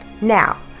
Now